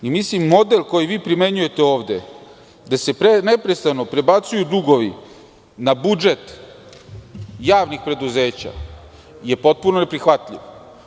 Model, koji vi primenjujete ovde, gde se neprestano prebacuju dugovi na budžet javnih preduzeća, je potpuno neprihvatljiv.